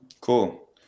Cool